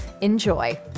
Enjoy